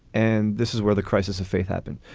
and this is where the crisis of faith happened,